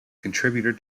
contributor